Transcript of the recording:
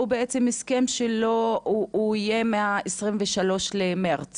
הוא בעצם הסכם שיהיה מה-23 בפברואר